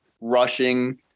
rushing